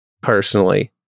personally